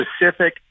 specific